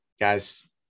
guys